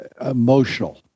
emotional